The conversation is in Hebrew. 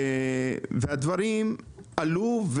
הדברים עלו,